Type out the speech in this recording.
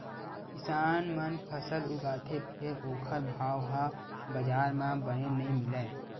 किसान मन फसल उगाथे फेर ओखर भाव ह बजार म बने नइ मिलय